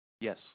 Yes